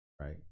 right